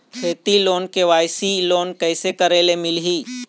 खेती loan KYC loan कइसे करे ले मिलही?